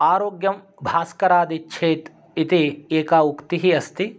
आरोग्यं भास्करादिच्छेत् इति एका उक्तिः अस्ति